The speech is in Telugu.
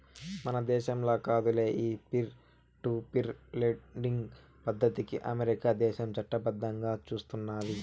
మన దేశంల కాదులే, ఈ పీర్ టు పీర్ లెండింగ్ పద్దతికి అమెరికా దేశం చట్టబద్దంగా సూస్తున్నాది